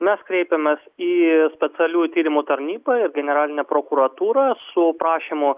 mes kreipėmės į specialiųjų tyrimų tarnybą ir generalinę prokuratūrą su prašymu